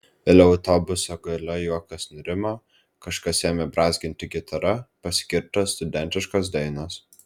vėliau autobuso gale juokas nurimo kažkas ėmė brązginti gitara pasigirdo studentiškos dainos